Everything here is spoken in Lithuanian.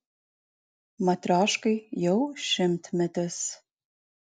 matrioškai jau šimtmetis